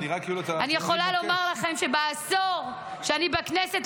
אני יכולה לומר לכם שבעשור שאני בכנסת,